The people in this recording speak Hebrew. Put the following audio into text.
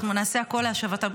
אנחנו נעשה הכול להשבתם.